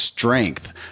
strength